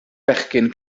bechgyn